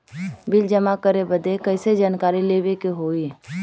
Bill जमा करे बदी कैसे जानकारी लेवे के होई?